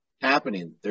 happening